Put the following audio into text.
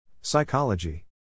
Psychology